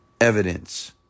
evidence